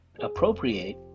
appropriate